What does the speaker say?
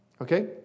Okay